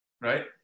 right